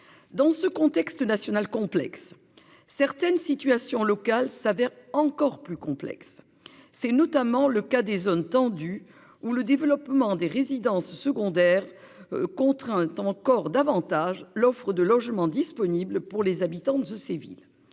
Dans ce contexte national complexe certaines situations locales s'avère encore plus complexe. C'est notamment le cas des zones tendues ou le développement des résidences secondaires contrainte encore davantage l'offre de logement disponible pour les habitants de ces villes